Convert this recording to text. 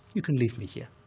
you can leave me here.